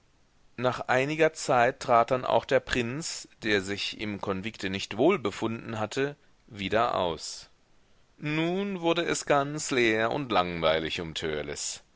nach einiger zeit trat dann auch der prinz der sich im konvikte nicht wohl befunden hatte wieder aus nun wurde es ganz leer und langweilig um